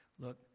Look